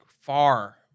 far